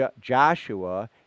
Joshua